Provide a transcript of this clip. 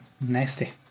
Nasty